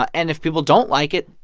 ah and if people don't like it,